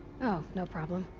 no problem.